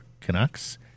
Canucks